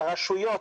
הרשויות,